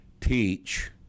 teach